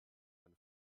eine